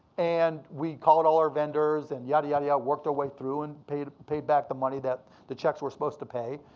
and we called all our vendors and yada, yada, yada, worked our way through and paid paid back the money that the checks were supposed to pay.